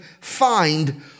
find